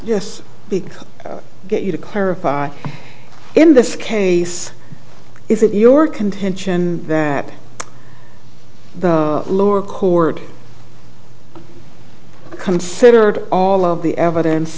without yes you to clarify in this case is it your contention that the lower court considered all of the evidence